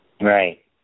Right